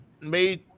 made